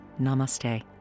namaste